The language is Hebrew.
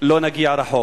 לא נגיע רחוק.